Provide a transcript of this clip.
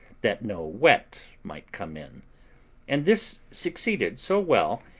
that no wet might come in and this succeeded so well,